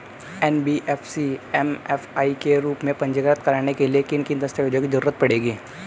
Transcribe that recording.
NBFC MFI के रूप में पंजीकृत कराने के लिए किन किन दस्तावेजों की जरूरत पड़ेगी?